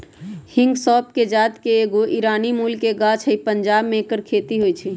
हिंग सौफ़ कें जात के एगो ईरानी मूल के गाछ हइ पंजाब में ऐकर खेती होई छै